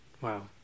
Wow